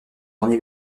tourné